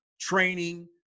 training